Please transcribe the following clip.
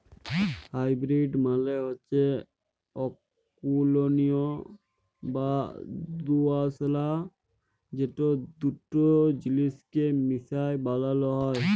hybrid মালে হচ্যে অকুলীন বা দুআঁশলা যেট দুট জিলিসকে মিশাই বালালো হ্যয়